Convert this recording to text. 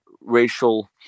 racial